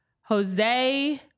Jose